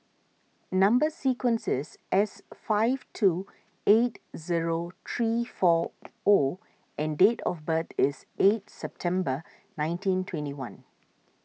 Number Sequence is S five two eight zero three four O and date of birth is eight September nineteen twenty one